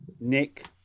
Nick